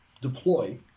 deploy